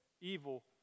evil